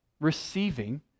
Receiving